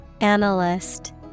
Analyst